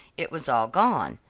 it was all gone.